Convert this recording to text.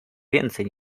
więcej